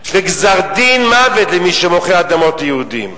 וגזר-דין מוות למי שמוכר אדמות ליהודים.